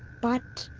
but.